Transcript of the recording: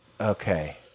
Okay